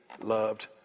loved